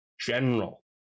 general